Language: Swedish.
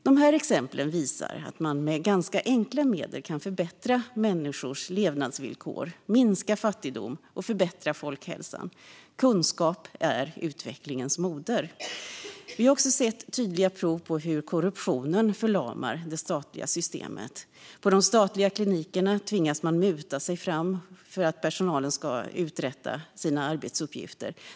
Dessa exempel visar att man med ganska enkla medel kan förbättra människors levnadsvillkor, minska fattigdom och förbättra folkhälsan. Kunskap är utvecklingens moder. Vi har också sett tydliga prov på hur korruptionen förlamar det statliga systemet. På de statliga klinikerna tvingas man muta sig fram för att personalen ska uträtta sina arbetsuppgifter.